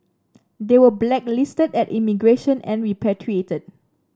they were blacklisted at immigration and repatriated